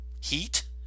Heat